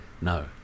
no